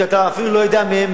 שאתה אפילו לא יודע עליהם,